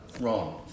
Wrong